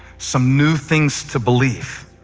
some new things to believe.